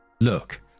Look